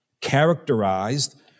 characterized